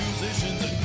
Musicians